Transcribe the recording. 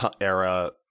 era